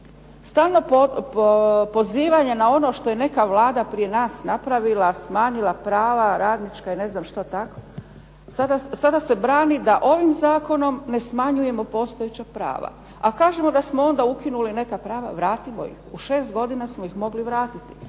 stalno pozivanje na ono što je neka Vlada prije nas napravila, smanjila prava radnička i ne znam što takvo, sada se brani da ovim zakonom ne smanjujemo postojeća prava. A kažemo da smo onda ukinuli neka prava. Vratimo ih. U 6 godina smo ih mogli vratiti.